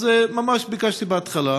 אז ביקשתי ממש בהתחלה.